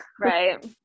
right